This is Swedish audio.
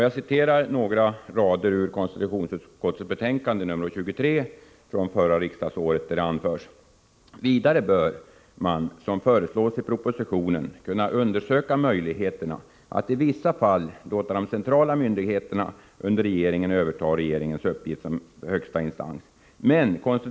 Jag citerar några rader ur konstitutionsutskottets betänkande 23 från förra riksmötet: ”Vidare bör man som föreslås i propositionen kunna undersöka möjligheterna att i vissa fall låta de centrala myndigheterna under regeringen överta regeringens uppgift som högsta instans.